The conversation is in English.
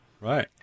Right